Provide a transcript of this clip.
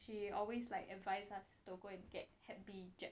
she always like advise us to go and get hep B jab